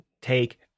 take